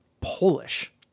Polish